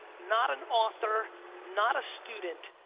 not an author, not a student,